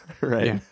right